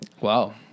Wow